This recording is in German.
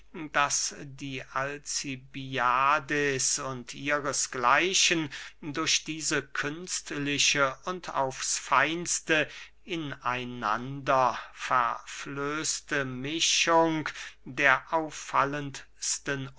daß die alcibiades und ihresgleichen durch diese künstliche und aufs feinste in einander verflößte mischung der